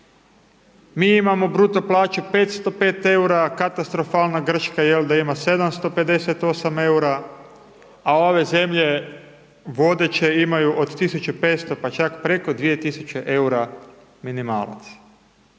mi imamo bruto plaću 505 EUR-a, a katastrofalna Grčka jelda ima 758 EUR-a, a ove zemlje vodeće imaju od 1.500 pa čak preko 2.000 EUR-a minimalac.